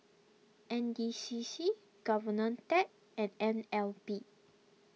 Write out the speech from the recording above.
N D C C Govtech and N L B